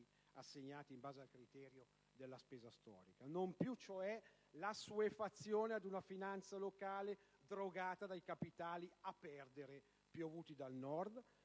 assegnati in base al criterio della spesa storica. Non più cioè l'assuefazione ad una finanza locale drogata dai capitali a perdere piovuti dal Nord,